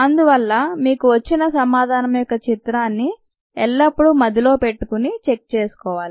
అందువల్ల మీకు వచ్చిన సమాధానం యొక్క చిత్రాన్ని ఎల్లప్పుడూ మదిలో పెట్టుకొని చెక్ చేసుకోవాలి